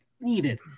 needed